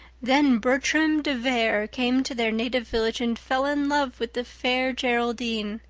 then bertram devere came to their native village and fell in love with the fair geraldine.